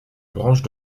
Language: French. branche